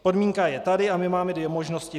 Podmínka je tady a my máme dvě možnosti.